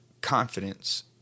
confidence